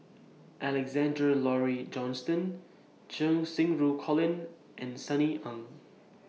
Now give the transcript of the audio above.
Alexander Laurie Johnston Cheng Xinru Colin and Sunny Ang